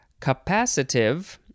capacitive